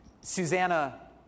Susanna